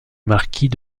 marquis